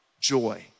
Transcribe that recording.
joy